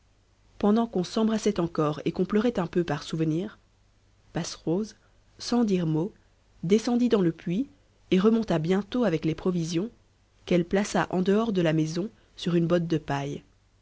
pendant qu'on s'embrassait encore et qu'on pleurait un peu par souvenir passerose sans dire mot descendit dans le puits et remonta bientôt avec les provisions qu'elle plaça en dehors de la maison sur une botte de paille